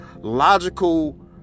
logical